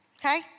Okay